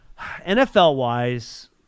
NFL-wise